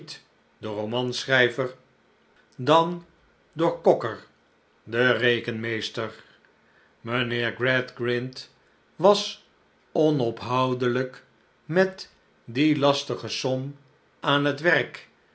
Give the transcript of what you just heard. den romanschrijver dan door cocker den rekenmeester mijnheer gradgrind was onophoudelijk met die lastige som aan het werk